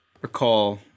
recall